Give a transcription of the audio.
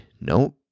Nope